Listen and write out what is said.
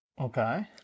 Okay